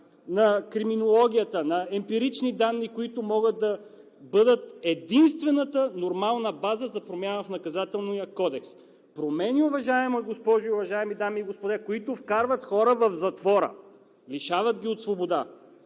на криминологията – на емпирични данни, които могат да бъдат единствената нормална база за промяна в Наказателния кодекс. Промени, уважаема госпожо и уважаеми дами и господа, които вкарват хора в затвора, лишават ги от свобода!